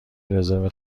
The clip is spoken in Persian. رزرو